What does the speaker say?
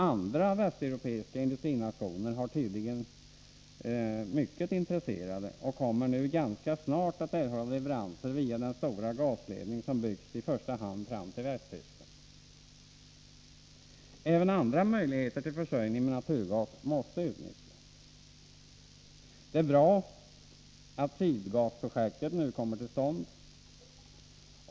Andra västeuropeiska industrinationer är tydligen mycket intresserade och kommer nu ganska snart att erhålla leveranser via den stora gasledning som byggts i första hand fram till Västtyskland. Även andra möjligheter till försörjning med naturgas måste utnyttjas. Det är bra att Sydgasprojektet nu kommer till stånd.